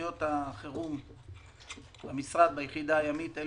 תוכניות החירום במשרד ביחידה הימית אל